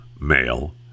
male